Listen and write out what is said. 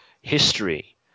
history